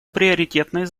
приоритетной